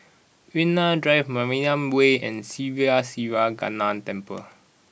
Yunnan Drive Mariam Way and Sri Siva Temple